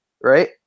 right